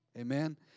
Amen